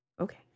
Okay